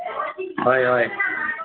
आ होय होय